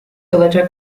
alacak